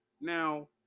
Now